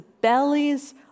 bellies